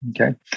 Okay